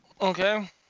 Okay